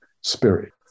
spirit